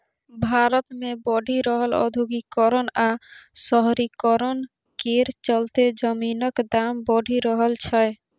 भारत मे बढ़ि रहल औद्योगीकरण आ शहरीकरण केर चलते जमीनक दाम बढ़ि रहल छै